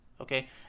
okay